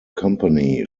company